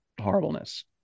horribleness